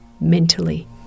mentally